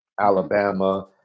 Alabama